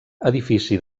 edifici